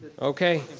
okay.